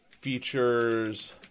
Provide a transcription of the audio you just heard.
features